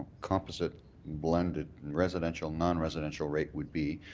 composite blended residential non-residential rate would be,